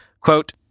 Quote